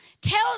tell